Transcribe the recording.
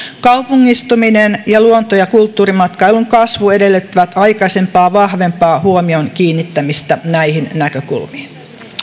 kaupungistuminen ja luonto ja kulttuurimatkailun kasvu edellyttävät aikaisempaa vahvempaa huomion kiinnittämistä näihin näkökulmiin